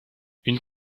une